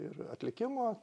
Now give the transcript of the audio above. ir atlikimo